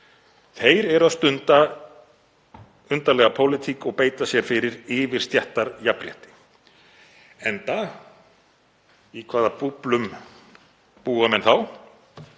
Þeir eru að stunda undarlega pólitík og beita sér fyrir yfirstéttarjafnrétti. Í hvaða búblu búa menn þá?